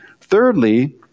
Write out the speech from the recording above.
Thirdly